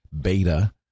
Beta